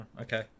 okay